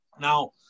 Now